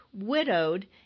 Widowed